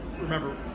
remember